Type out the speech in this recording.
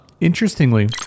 Interestingly